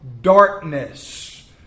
darkness